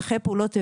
נכי פעולות איבה,